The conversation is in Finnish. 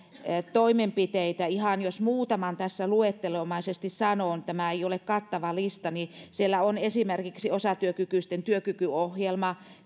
toimenpiteitä ihan jos muutaman tässä luettelomaisesti sanon tämä ei ole kattava lista niin siellä on esimerkiksi osatyökykyisten työkykyohjelma